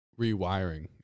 rewiring